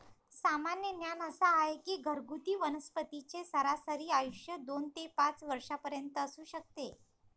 सामान्य ज्ञान असा आहे की घरगुती वनस्पतींचे सरासरी आयुष्य दोन ते पाच वर्षांपर्यंत असू शकते